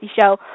Show